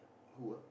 who ah